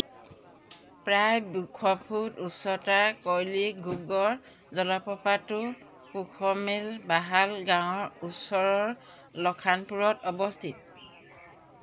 প্ৰায় দুশ ফুট উচ্চতাৰ কইলিঘুগৰ জলপ্ৰপাতটো কুশমেলবাহাল গাঁৱৰ ওচৰৰ লখানপুৰত অৱস্থিত